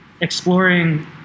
exploring